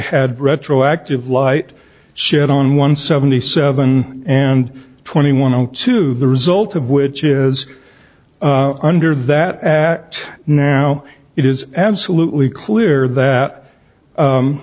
had retroactive light shed on one seventy seven and twenty one two the result of which is under that act now it is absolutely clear that